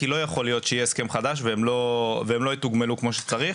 כי לא יכול להיות שיהיה הסכם חדש והם לא יתוגמלו כמו שצריך.